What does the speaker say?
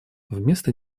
вместо